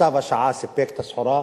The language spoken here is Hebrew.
צו השעה סיפק את הסחורה.